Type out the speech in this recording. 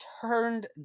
turned